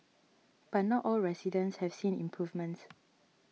but not all residents have seen improvements